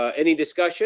ah any discussion?